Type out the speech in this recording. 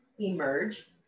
emerge